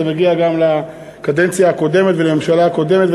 זה נוגע גם לקדנציה הקודמת ולממשלה הקודמת,